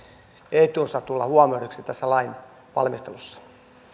etunsa tulla huomioiduksi tässä lainvalmistelussa